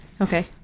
Okay